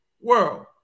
world